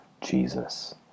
Jesus